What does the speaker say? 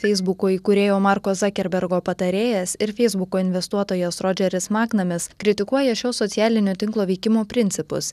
feisbuko įkūrėjo marko zakerbergo patarėjas ir feisbuko investuotojas rodžeris maknamis kritikuoja šio socialinio tinklo veikimo principus